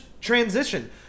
transition